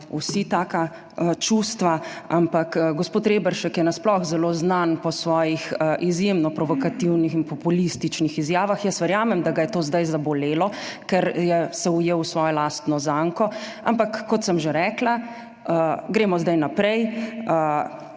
vsi taka čustva, ampak gospod Reberšek je nasploh zelo znan po svojih izjemno provokativnih in populističnih izjavah. Jaz verjamem, da ga je to zdaj zabolelo, ker se je ujel v svojo lastno zanko, ampak, kot sem že rekla, gremo zdaj naprej